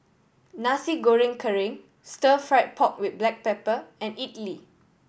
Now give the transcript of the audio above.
Nasi Goreng Kerang Stir Fried Pork With Black Pepper and idly